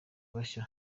bashya